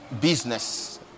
business